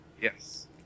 Yes